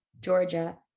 Georgia